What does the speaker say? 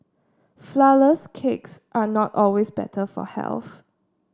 flourless cakes are not always better for health